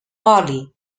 oli